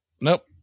Nope